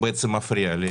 בעצם מפריע לי?